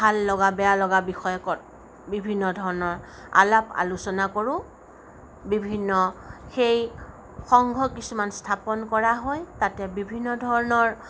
ভাল লগা বেয়া লগা বিষয়কত বিভিন্ন ধৰণৰ আলাপ আলোচনা কৰো বিভিন্ন সেই সংঘ কিছুমান স্থাপন কৰা হয় তাতে বিভিন্ন ধৰণৰ